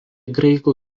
graikų